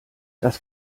das